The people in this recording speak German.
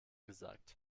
gesagt